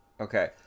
okay